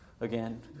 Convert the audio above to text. again